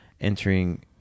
entering